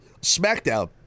smackdown